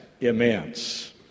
immense